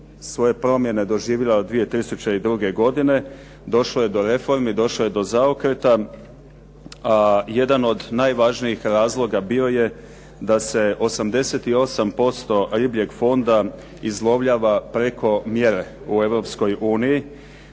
svoje promjene doživjela 2002. godine, došlo je do reformi, došlo je do zaokreta. A jedan od najvažnijih razloga bio je da se 88% ribljeg fonda izlovljava preko mjere u